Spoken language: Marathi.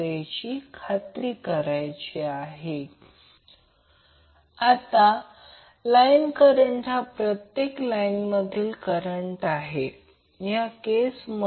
तर याचा अर्थ असा आहे की जर आता त्याचप्रमाणे यासारखेच प्रोजेक्शन घ्या कारण हे cos अँगल 30° आहे म्हणून cos 30° आणि हे देखील 30° आहे